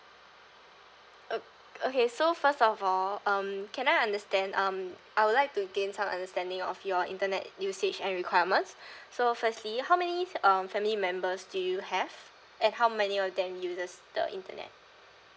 ok~ okay so first of all um can I understand um I would like to gain some understanding of your internet usage and requirements so firstly how many um family members do you have and how many of them uses the internet